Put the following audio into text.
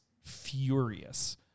furious